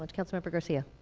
but councilmember garcia.